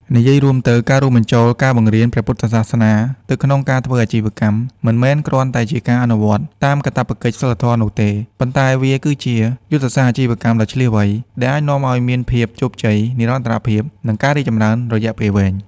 និយាយរួមទៅ ការរួមបញ្ចូលការបង្រៀនព្រះពុទ្ធសាសនាទៅក្នុងការធ្វើអាជីវកម្ម មិនមែនគ្រាន់តែជាការអនុវត្តតាមកាតព្វកិច្ចសីលធម៌នោះទេ ប៉ុន្តែវាគឺជា យុទ្ធសាស្ត្រអាជីវកម្មដ៏ឈ្លាសវៃ ដែលអាចនាំឱ្យមានភាពជោគជ័យ និរន្តរភាព និងការរីកចម្រើនរយៈពេលវែង។